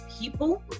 people